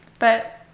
but